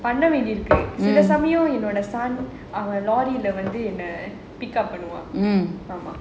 பண்ண வேண்டி இருக்கு சில சமயம் என்னோட அவன் வந்து என்ன பண்ணுவான்:panna vaendi irukku silasamyam ennoda avan vanthu enna pannuvaan